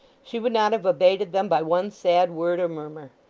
she would not have abated them by one sad word or murmur,